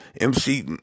MC